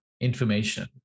information